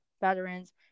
veterans